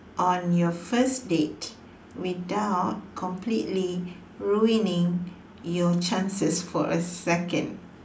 on your first date without completely ruining your chances for a second